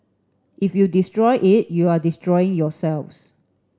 if you destroy it you are destroying yourselves